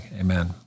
amen